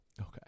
Okay